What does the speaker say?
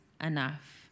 enough